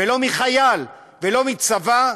ולא מחייל, ולא מצבא,